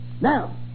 Now